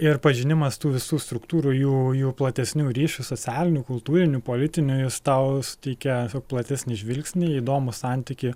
ir pažinimas tų visų struktūrų jų jų platesnių ryšių socialinių kultūrinių politinių jis tau suteikia platesnį žvilgsnį įdomų santykį